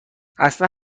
اصلن